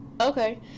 Okay